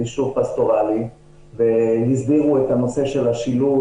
זה ישוב פסטורלי והם הסבירו את הנושא של השילוט,